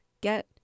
get